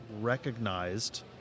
recognized